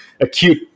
acute